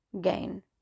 gain